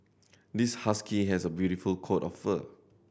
this husky has a beautiful coat of fur